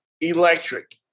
Electric